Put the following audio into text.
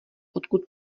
odkud